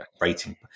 rating